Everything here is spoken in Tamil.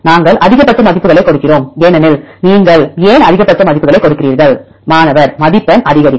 நாங்கள் அதிகபட்ச மதிப்புகளைக் கொடுக்கிறோம் ஏனெனில் நீங்கள் ஏன் அதிகபட்ச மதிப்புகளைக் கொடுக்கிறீர்கள் மாணவர் மதிப்பெண் அதிகரிக்க